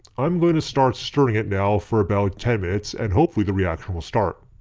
i'm going to start stirring it now for about ten minutes and hopefully the reaction will start.